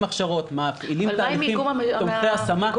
הכשרות --- מה עם איגום משאבים?